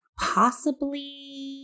possibly-